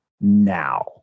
now